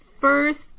first